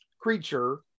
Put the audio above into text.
creature